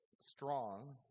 strong